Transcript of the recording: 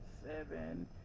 seven